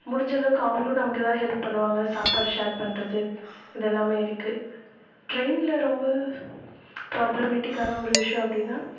முடிஞ்சளவுக்கு அவங்களும் நமக்கு ஏதாவது ஹெல்ப் பண்ணுவாங்க சாப்பாடு ஷேர் பண்ணுறது இது எல்லாமே இருக்குது ட்ரெய்னில் ரொம்ப ப்ராப்ளமேட்டிக்கான ஒரு விஷயோம் அப்படினா